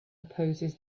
opposes